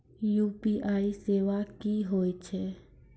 UPI सेवा की होय छै?